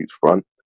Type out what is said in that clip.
front